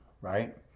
right